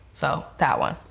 so, that one.